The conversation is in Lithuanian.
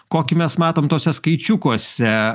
kokį mes matom tuose skaičiukuose